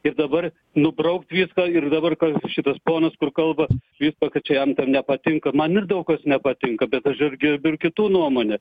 ir dabar nubraukt viską ir dabar ką šitas ponas kur kalba vysto kad čia jam ten nepatinka man ir daug kas nepatinka bet aš ir gerbiu ir kitų nuomonę